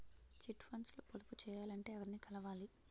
Chit funds లో పొదుపు చేయాలంటే ఎవరిని కలవాలి?